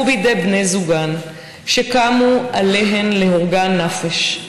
בידי בני זוגן / שקמו עליהן להורגן נפש.